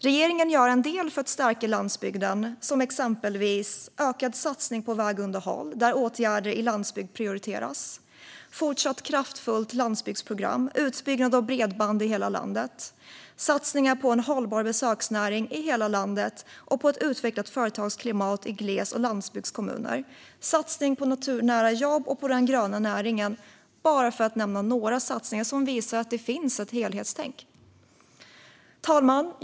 Regeringen gör en del för att stärka landsbygden, exempelvis ökad satsning på vägunderhåll där åtgärder i landsbygd prioriteras fortsatt kraftfullt landsbygdsprogram utbyggnad av bredband i hela landet satsningar på en hållbar besöksnäring i hela landet och på ett utvecklat företagsklimat i gles och landsbygdskommuner satsning på naturnära jobb och den gröna näringen. Det är bara några satsningar som visar att det finns ett helhetstänk. Fru talman!